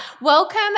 Welcome